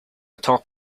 top